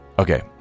Okay